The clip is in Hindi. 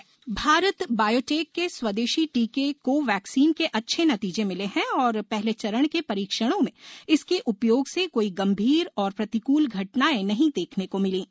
कोवैक्सीन परीक्षण भारत बायोटेक के स्वदेशी टीके कोवैक्सीन के अच्छे नतीजे मिले हैं और पहले चरण के परीक्षणों में इसके उपयोग से कोई गंभीर और प्रतिकूल घटनाएं नहीं देखने को मिलीं